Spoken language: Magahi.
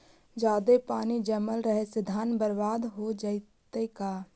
जादे पानी जमल रहे से धान बर्बाद हो जितै का?